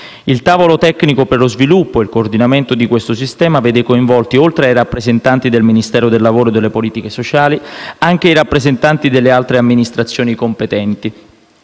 Il tavolo tecnico per lo sviluppo e il coordinamento di questo sistema vede coinvolti, oltre ai rappresentanti del Ministero del lavoro e delle politiche sociali, anche i rappresentanti delle altre amministrazioni competenti,